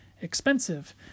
expensive